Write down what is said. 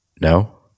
No